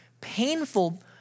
painful